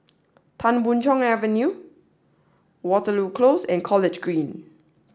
Tan Boon Chong Avenue Waterloo Close and College Green